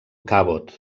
cabot